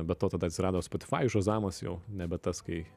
be to tada atsirado spotifajus šazamas jau nebe tas kai